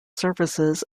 services